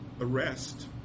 arrest